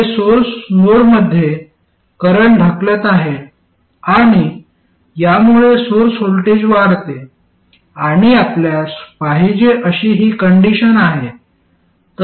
हे सोर्स नोडमध्ये करंट ढकलत आहे आणि यामुळे सोर्स व्होल्टेज वाढते आणि आपल्यास पाहिजे अशी ही कंडिशन आहे